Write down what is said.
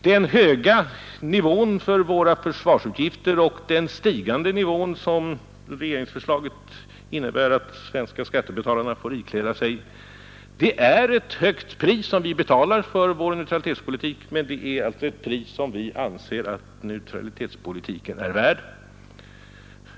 De höga och stigande försvarsutgifterna som regeringsförslaget innebär att de svenska skattebetalarna får ikläda sig, är ett högt pris som vi betalar för vår neutralitetspolitik. Men det är ett pris som vi anser att neutralitetspolitiken är värd.